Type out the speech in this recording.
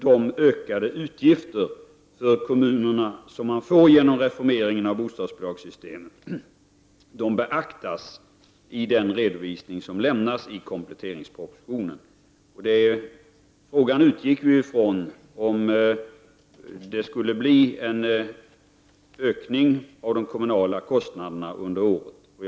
De ökade utgifterna för kommunerna, som blir en följd av reformeringen av bostadsbidragssystemet, beaktas i den redovisning som lämnas i kompletteringspropositionen. Frågan gällde ju om det skulle bli en ökning av de kommunala kostnaderna under året.